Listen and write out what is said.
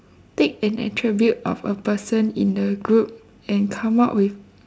take an attribute of a person in the group and come up with